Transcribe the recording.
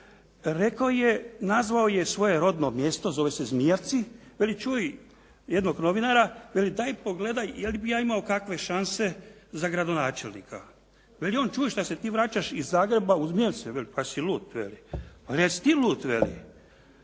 rekao je, nazvao je svoje rodno mjesto, zove se Zmijavci, veli čuj, jednog novinara, veli daj pogledaj jel bi ja imao kakve šanse za gradonačelnika. Veli on čuj šta se ti vraćaš iz Zagreba u Zmijavce, pa jesi lud. Pa jesi ti lud veli.